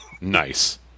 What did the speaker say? Nice